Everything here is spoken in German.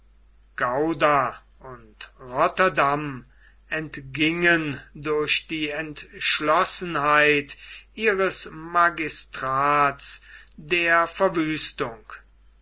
gouda und rotterdam entgingen durch die entschlossenheit ihres magistrats der verwüstung